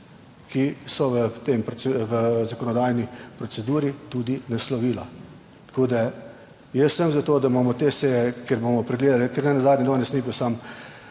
tem, v zakonodajni proceduri tudi naslovila. Tako da, jaz sem za to, da imamo te seje, kjer bomo pregledali, ker nenazadnje danes ni